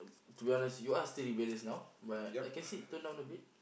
to be honest you are still rebellious now but I can see it tone down a bit